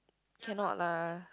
cannot lah